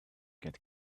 get